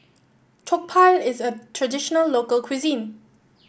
jokbal is a traditional local cuisine